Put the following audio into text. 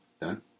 Done